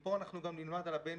ומפה אנחנו נלמד גם על הבין-לאומי,